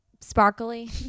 sparkly